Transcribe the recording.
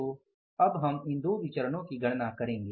तो हम इन 2 विचरणो की गणना करेंगे